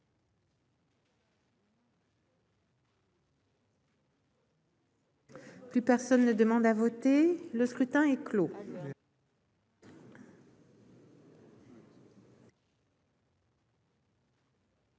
Plus personne ne demande à voter, le scrutin est clos.